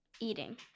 Eating